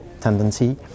tendency